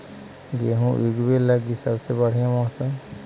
गेहूँ ऊगवे लगी सबसे बढ़िया मौसम?